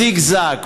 זיגזג,